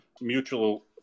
mutual